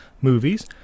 movies